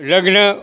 લગ્ન